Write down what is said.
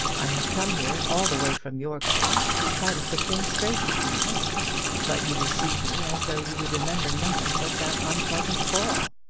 i have come here all the way from yorkshire to try to put things straight between us but you receive me as though you would remember nothing but that unpleasant quarrel.